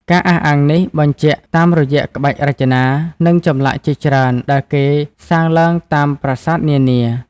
ការអះអាងនេះបញ្ជាក់តាមរយៈក្បាច់រចនា និងចម្លាក់ជាច្រើនដែលគេសាងឡើងតាមប្រាសាទនានា។